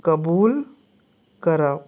कबूल करप